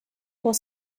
four